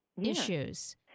issues